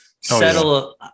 settle